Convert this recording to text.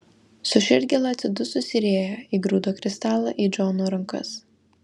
su širdgėla atsidususi rėja įgrūdo kristalą į džono rankas